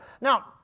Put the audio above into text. Now